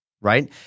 right